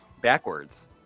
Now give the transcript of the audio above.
backwards